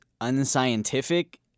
unscientific